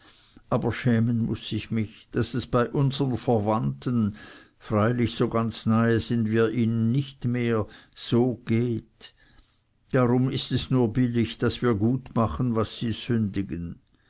aber schämen muß ich mich daß es bei unsern verwandten freilich so ganz nahe sind wir ihnen nicht mehr so geht darum ist es nur billig daß wir gut machen was sie sündigen